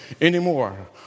anymore